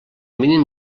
mínim